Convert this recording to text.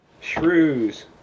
Shrews